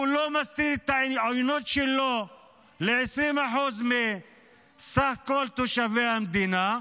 הוא לא מסתיר את העוינות שלו ל-20% מסך כל תושבי המדינה,